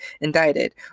indicted